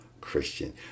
Christian